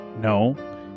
No